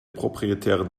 proprietären